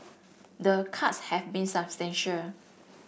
the cuts have been substantial